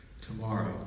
Tomorrow